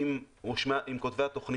את היעדים עם כותבי התוכנית.